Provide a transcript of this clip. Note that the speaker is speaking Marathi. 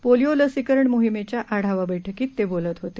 पोलिओ लसीकरण मोहिमेच्या आढावा बैठकीत ते बोलत होते